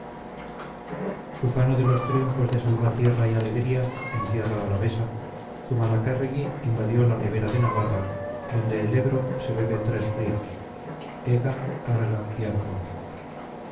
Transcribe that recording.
ufano de los triunfos de salvatierra y alegría en tierra alavesa zumalacárregui invadió la ribera de navarra donde el ebro se bebe tres ríos ega arga y aragón